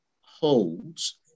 holds